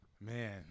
Man